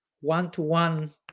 one-to-one